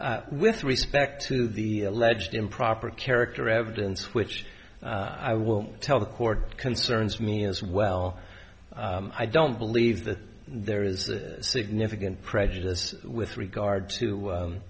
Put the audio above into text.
s with respect to the alleged improper character evidence which i won't tell the court concerns me as well i don't believe that there is a significant prejudice with regard to